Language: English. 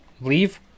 leave